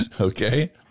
Okay